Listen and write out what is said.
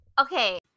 Okay